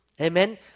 Amen